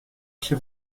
się